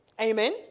Amen